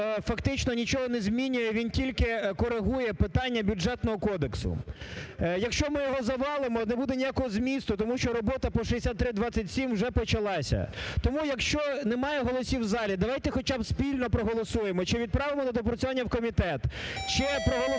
нічого не змінює, він тільки коригує питання Бюджетного кодексу. Якщо ми його завалимо, не буде ніякого змісту, тому що робота по 6327 вже почалася. Тому якщо немає голосів у залі, давайте хоча б спільно проголосуємо чи відправимо на доопрацювання в комітет, чи проголосуємо